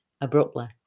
abruptly